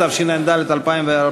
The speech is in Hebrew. התשע"ד 2014,